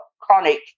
chronic